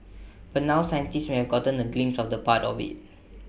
but now scientists may have gotten A glimpse of part of IT